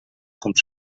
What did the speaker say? com